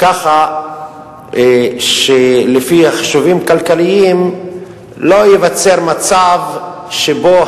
ככה שלפי חישובים כלכליים לא ייווצר מצב שבו